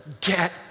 get